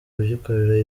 kugikorera